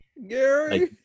Gary